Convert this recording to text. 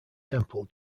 temple